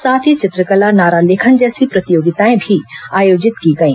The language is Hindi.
साथ ही चित्रकला नारा लेखन जैसी प्रतियोगिताएं भी आयोजित की गई